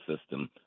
system